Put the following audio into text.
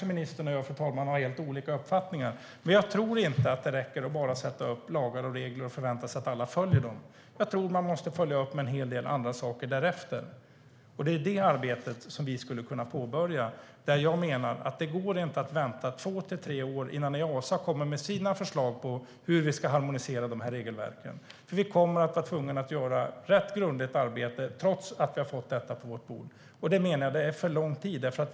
Ministern och jag kanske har helt olika uppfattningar här, fru talman, men jag tror inte att det räcker att bara sätta upp lagar och regler och förvänta sig att alla följer dem. Jag tror att man måste följa upp med en hel del andra saker därefter. Det är det arbetet som vi skulle kunna påbörja. Jag menar att det inte går att vänta två tre år innan Easa kommer med sina förslag på hur vi ska harmonisera de här regelverken. Vi kommer att vara tvungna att göra ett rätt grundligt arbete trots att vi har fått detta på vårt bord. Jag menar att det är fråga om för lång tid.